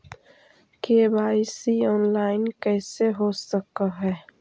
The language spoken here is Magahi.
के.वाई.सी ऑनलाइन कैसे हो सक है?